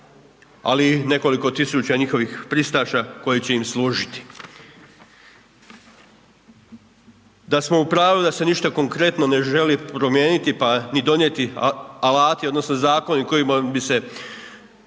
ali i nekoliko tisuća njihovih pristaša koji će im služiti. Da smo u pravu da se ništa konkretno ne želi promijeniti pa ni donijeti alati, odnosno zakoni kojima bi se